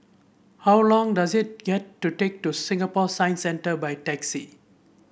how long does it get to take to Singapore Science Centre by taxi